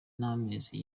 n’amezi